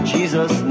Jesus